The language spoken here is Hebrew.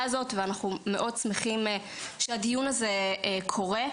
הזאת ואנחנו מאוד שמחים שהדיון הזה קורה.